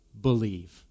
believe